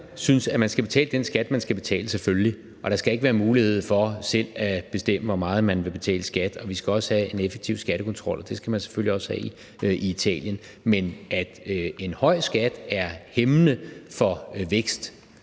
synes, at man skal betale den skat, man skal betale, selvfølgelig, og der skal ikke være mulighed for selv at bestemme, hvor meget man vil betale i skat. Og vi skal også have en effektiv skattekontrol. Det skal man selvfølgelig også have i Italien. Men at en høj skat er hæmmende for vækst,